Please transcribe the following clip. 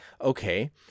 okay